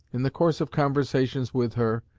in the course of conversations with her,